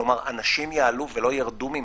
כלומר, אנשים יעלו ולא ירדו ממנה,